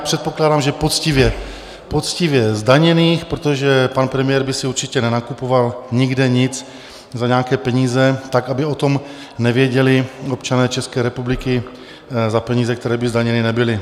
Předpokládám, že poctivě zdaněných, protože pan premiér by si určitě nenakupoval nikde nic za nějaké peníze tak, aby o tom nevěděli občané České republiky, za peníze, které by zdaněny nebyly.